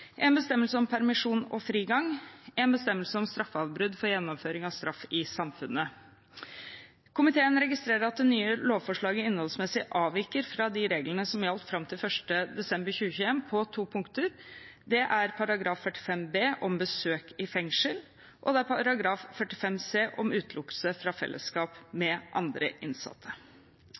en bestemmelse om permisjon og frigang en bestemmelse om straffeavbrudd for gjennomføring av straff i samfunnet Komiteen registrerer at det nye lovforslaget innholdsmessig avviker fra de reglene som gjaldt fram til 1. desember 2021 på to punkter; det er § 45 b, om besøk i fengsel, og det er § 45 c, om utelukkelse fra fellesskap med andre innsatte.